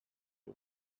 you